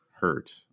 hurt